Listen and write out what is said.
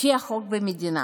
לפי החוק במדינה